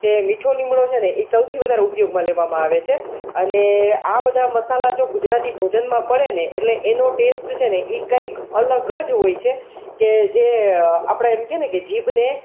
એ મીઠો લીમડો છે ને એ સૌથી વધારે ઉપયોગમાં લેવામાં આવે છે અને આ બધા મસાલા જો ગુજરાતી ભોજનમાં પડેને એટલે એનો ટેસ્ટ છે ને એ કંઈક અલગ જ હોય છે કે જે આપણે એમ કેહે ને કે જીભને